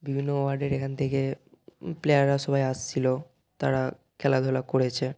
বিভিন্ন ওয়ার্ডের এখান থেকে প্লেয়াররা সবাই আসছিল তারা খেলাধুলা করেছে